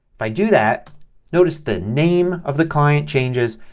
if i do that notice the name of the client changes,